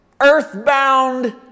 earthbound